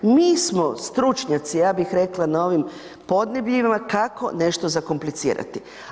Mi smo stručnjaci, ja bih rekla na ovim podnebljima, kako nešto zakomplicirati.